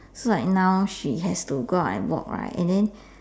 so like now she has to go out and walk right and then